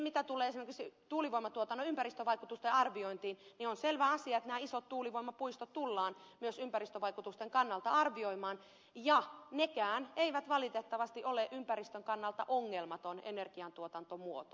mitä tulee esimerkiksi tuulivoimatuotannon ympäristövaikutusten arviointiin niin on selvä asia että nämä isot tuulivoimapuistot tullaan myös ympäristövaikutusten kannalta arvioimaan ja nekään eivät valitettavasti ole ympäristön kannalta ongelmaton energian tuotantomuoto